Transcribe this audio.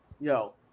yo